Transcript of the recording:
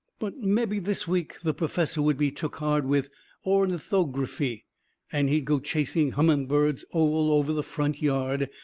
but mebby this week the perfessor would be took hard with ornithography and he'd go chasing humming-birds all over the front yard,